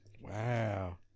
Wow